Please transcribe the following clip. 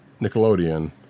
Nickelodeon